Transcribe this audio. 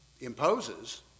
imposes